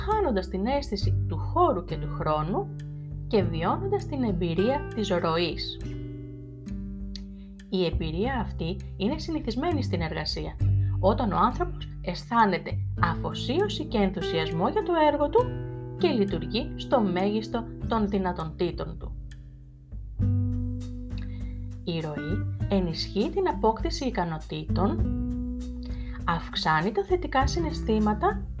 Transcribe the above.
χάνοντας την αίσθηση του χώρου και του χρόνου και βιώνοντας την εμπειρία της ροής. Η εμπειρία αυτή είναι συνηθισμένη στην εργασία, όταν ο άνθρωπος αισθάνεται αφοσίωση και ενθουσιασμό για το έργο του και λειτουργεί στο μέγιστο των δυνατοτήτων του. Η ροή ενισχύει την απόκτηση ικανοτήτων, αυξάνει τα θετικά συναισθήματα